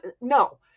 no